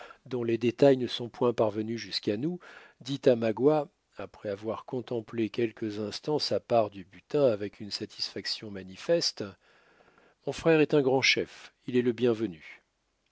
dont les détails ne sont point parvenus jusqu'à nous dit à magua après avoir contemplé quelques instants sa part du butin avec une satisfaction manifeste mon frère est un grand chef il est le bienvenu